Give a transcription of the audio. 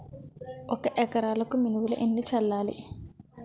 ఒక ఎకరాలకు మినువులు ఎన్ని చల్లాలి?